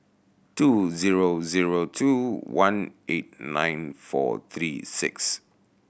two zero zero two one eight nine four three six